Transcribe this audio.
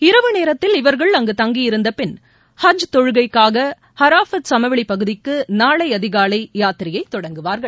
இரவு நேரத்தில் இவர்கள் அங்கு தங்கியிருந்தபின் ஹஜ் தொழுகைக்காக அராஃபத் சமவெளி பகுதிக்கு நாளை அதிகாலை யாத்திரையை தொடங்குவார்கள்